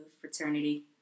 fraternity